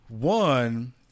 one